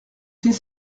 c’est